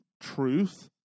truth